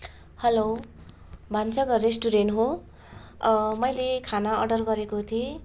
hello भान्साघर restaurant हो मैले खाना अर्डर गरेको थिएँ